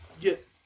get